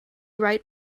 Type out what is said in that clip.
right